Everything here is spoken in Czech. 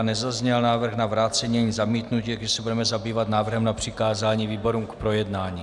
Nezazněl návrh na vrácení ani zamítnutí, takže se budeme zabývat návrhem na přikázání výborům k projednání.